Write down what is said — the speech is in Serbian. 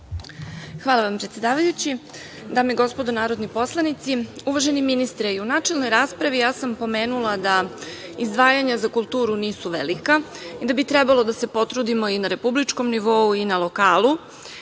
Hvala vam, predsedavajući. Dame i gospodo narodni poslanici, uvaženi ministre, i u načelnoj raspravi ja sam spomenula da izdvajanja za kulturu nisu velika, da bi trebalo da se potrudimo i na republičkom nivou i na lokalu